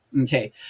Okay